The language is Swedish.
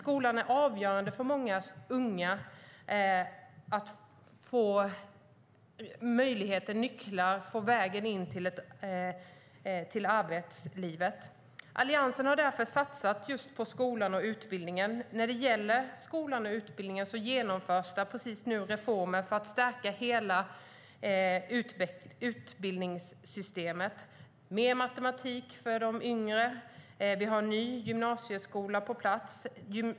Den är avgörande för att unga ska beredas väg in i arbetslivet. Alliansen har därför satsat på skolan och utbildningen. Nu genomförs det reformer för att stärka hela utbildningssystemet. Mer matematik för de yngre har införts. Det finns en ny gymnasieskola på plats.